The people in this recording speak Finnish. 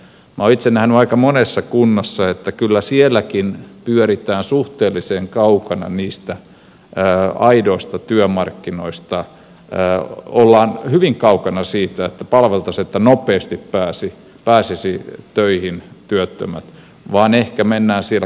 minä olen itse nähnyt aika monessa kunnassa että kyllä sielläkin pyöritään suhteellisen kaukana niistä aidoista työmarkkinoista ollaan hyvin kaukana siitä että palveltaisiin että nopeasti pääsisivät töihin työttömät vaan ehkä mennään siellä kauemmaksi siitä